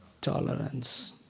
tolerance